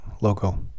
logo